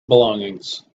belongings